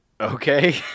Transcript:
okay